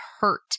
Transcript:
hurt